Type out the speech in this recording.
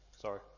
Sorry